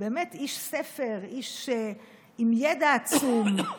באמת איש ספר, איש עם ידע עצום,